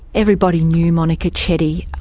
everybody knew monika chetty.